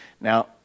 now